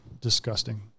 disgusting